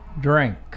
drink